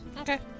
Okay